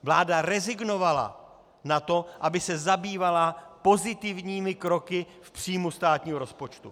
Vláda rezignovala na to, aby se zabývala pozitivními kroky v příjmu státního rozpočtu.